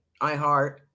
iHeart